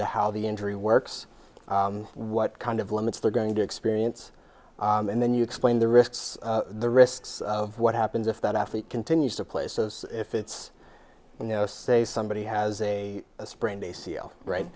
to how the injury works what kind of limits they're going to experience and then you explain the risks the risks of what happens if that athlete continues to places if it's you know say somebody has a sprained a c l right